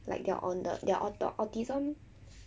like they're on the their auto~ autism